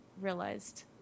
realized